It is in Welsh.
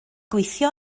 gweithio